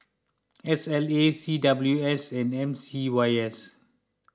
S L A C W S and M C Y S